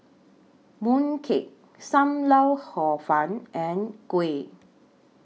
Mooncake SAM Lau Hor Fun and Kuih